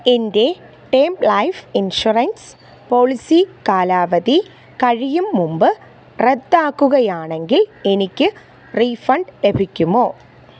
എൻ്റെ term life insurance policy കാലാവധി കഴിയും മുമ്പ് റദ്ദാക്കുകയാണെങ്കിൽ എനിക്ക് റീഫണ്ട് ലഭിക്കുമോ